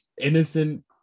innocent